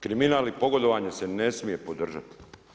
Kriminal i pogodovanje se ne smije podržati.